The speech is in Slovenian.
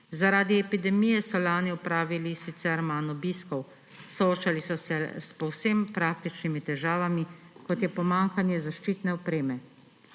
Zaradi epidemije so lani opravili sicer manj obiskov. Soočali so se s povsem praktičnimi težavami, kot je pomanjkanje zaščitne opreme.